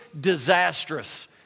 disastrous